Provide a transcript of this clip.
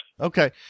Okay